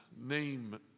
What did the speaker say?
name